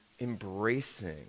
embracing